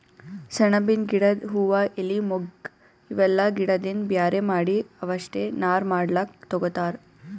ಸೆಣಬಿನ್ ಗಿಡದ್ ಹೂವಾ ಎಲಿ ಮೊಗ್ಗ್ ಇವೆಲ್ಲಾ ಗಿಡದಿಂದ್ ಬ್ಯಾರೆ ಮಾಡಿ ಅವಷ್ಟೆ ನಾರ್ ಮಾಡ್ಲಕ್ಕ್ ತಗೊತಾರ್